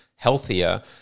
Healthier